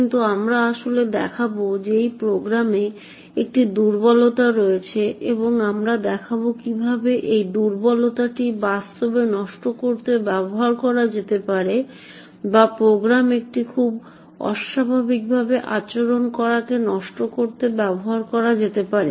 কিন্তু আমরা আসলে দেখাব যে এই প্রোগ্রামে একটি দুর্বলতা রয়েছে এবং আমরা দেখাব কিভাবে এই দুর্বলতাটি বাস্তবে নষ্ট করতে ব্যবহার করা যেতে পারে বা প্রোগ্রাম একটি খুব অস্বাভাবিক ভাবে আচরণ করাকে নষ্ট করতে ব্যবহার করা যেতে পারে